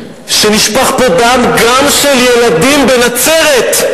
כשנשפך פה דם גם של ילדים בנצרת,